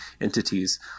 entities